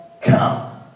come